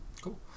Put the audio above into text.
Cool